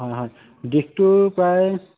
হয় হয় দীঘটো প্ৰায়